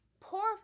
Poor